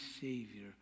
savior